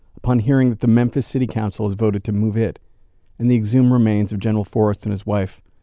upon hearing that the memphis city council has voted to move it and the exhumed remains of general forrest and his wife,